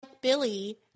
Billy